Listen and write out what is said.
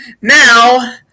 now